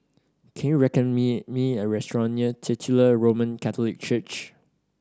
can you recommend me me a restaurant near Titular Roman Catholic Church